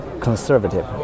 conservative